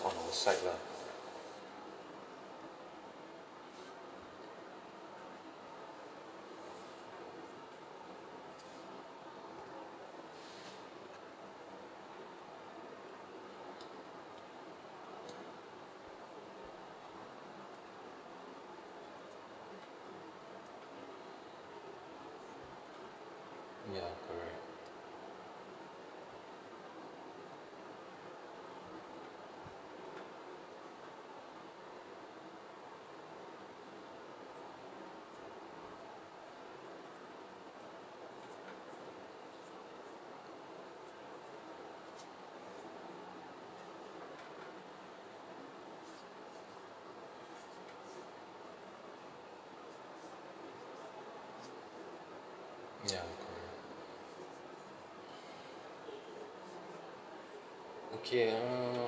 on our side lah ya correct ya correct okay uh